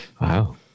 Wow